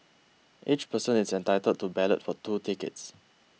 each person is entitled to ballot for two tickets